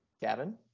Gavin